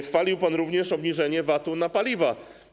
Chwalił pan również obniżenie VAT-u na paliwa.